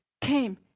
came